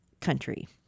country